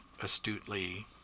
astutely